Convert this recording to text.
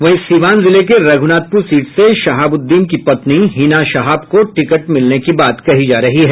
वहीं सीवान जिले के रघुनाथपुर सीट से शाहाबुद्दीन की पत्नी हिना शहाब को टिकट मिलने की बात कही जा रही है